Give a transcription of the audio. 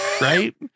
Right